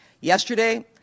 Yesterday